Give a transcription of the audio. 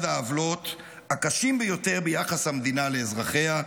העוולות הקשות ביותר ביחס המדינה לאזרחיה: